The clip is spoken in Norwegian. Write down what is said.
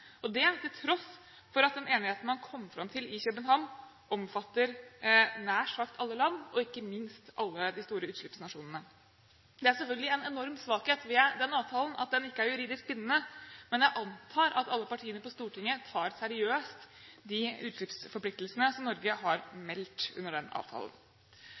inn der, til tross for at den enigheten man kom fram til i København, omfatter nær sagt alle land og ikke minst alle de store utslippsnasjonene. Det er selvfølgelig en enorm svakhet ved den avtalen at den ikke er juridisk bindende, men jeg antar at alle partier på Stortinget tar seriøst de utslippsforpliktelsene som Norge har meldt under den avtalen.